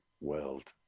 world